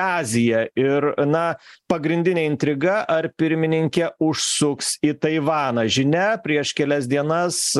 aziją ir na pagrindinė intriga ar pirmininkė užsuks į taivaną žinia prieš kelias dienas